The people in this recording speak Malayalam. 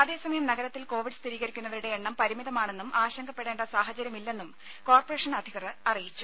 അതേസമയം നഗരത്തിൽ കോവിഡ് സ്ഥിരീകരിക്കുന്നവരുടെ എണ്ണം പരിമിതമാണെന്നും ആശങ്കപ്പെടേണ്ട സാഹചര്യമില്ലെന്നും കോർപ്പറേഷൻ അധികൃതർ അറിയിച്ചു